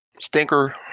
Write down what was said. Stinker